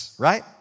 right